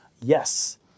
Yes